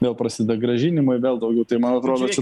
vėl prasideda grąžinimai vėl daugiau tai man atrodo čia